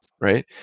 right